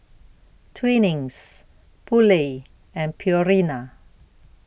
Twinings Poulet and Purina